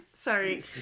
Sorry